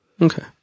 Okay